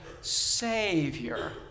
savior